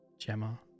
Gemma